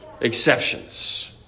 exceptions